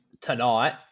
tonight